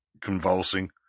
convulsing